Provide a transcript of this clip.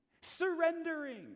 surrendering